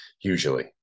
usually